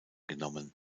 genommen